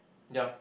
ya